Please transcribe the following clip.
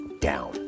Down